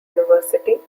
university